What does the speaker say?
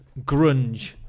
grunge